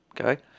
okay